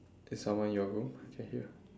is someone in your room can hear